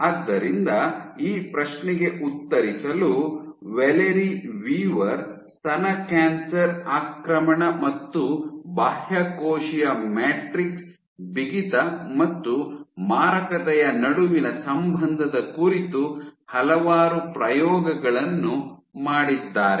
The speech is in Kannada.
ಆದ್ದರಿಂದ ಈ ಪ್ರಶ್ನೆಗೆ ಉತ್ತರಿಸಲು ವ್ಯಾಲೆರಿ ವೀವರ್ ಸ್ತನ ಕ್ಯಾನ್ಸರ್ ಆಕ್ರಮಣ ಮತ್ತು ಬಾಹ್ಯಕೋಶೀಯ ಮ್ಯಾಟ್ರಿಕ್ಸ್ ಬಿಗಿತ ಮತ್ತು ಮಾರಕತೆಯ ನಡುವಿನ ಸಂಬಂಧದ ಕುರಿತು ಹಲವಾರು ಪ್ರಯೋಗಗಳನ್ನು ಮಾಡಿದ್ದಾರೆ